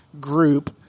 group